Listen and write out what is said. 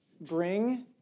Bring